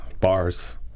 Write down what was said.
bars